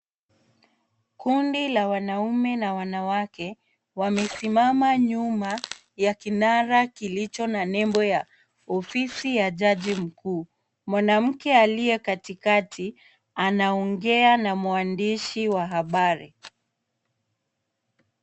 Kundi la wanaume na wanawake wamesimama nyuma ya kinara kilicho na nembo ya ofisi ya jaji mkuu. Mwanamke aliye katikati anaongea na mwandishi wa habari.